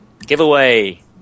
Giveaway